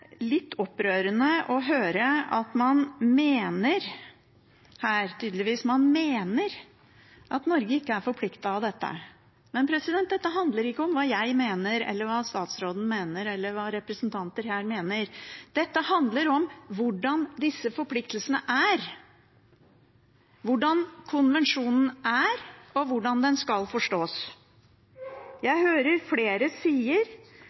litt opprørende å høre at man her tydeligvis mener at Norge ikke er forpliktet av dette, men dette handler ikke om hva jeg mener, hva statsråden mener, eller hva representanter her mener. Dette handler om hvordan disse forpliktelsene er, hvordan konvensjonen er, og hvordan den skal forstås. Jeg hører flere